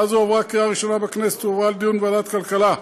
הצעה זו עברה קריאה ראשונה בכנסת והועברה לדיון בוועדת הכלכלה.